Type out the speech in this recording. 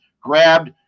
grabbed